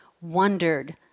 Wondered